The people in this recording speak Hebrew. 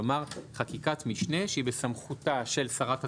כלומר חקיקת משנה שהיא בסמכותה של שרת התחבורה,